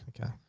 Okay